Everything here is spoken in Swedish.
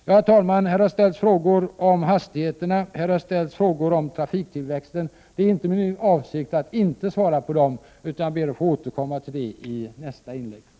Herr talman! Frågor har ställts om hastigheterna och om trafiktillväxten. Det är inte min avsikt att inte svara på dem. Jag ber att få återkomma till dem i nästa inlägg.